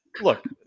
Look